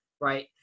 right